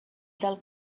del